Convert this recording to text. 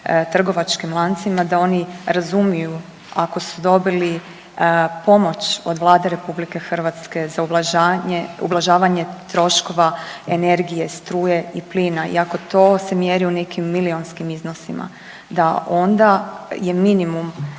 trgovačkim lancima da oni razumiju ako su dobili pomoć od Vlade RH za ublažavanje troškova energije, struje i plina i ako to se mjeri u nekim milijunskim iznosima da onda je minimum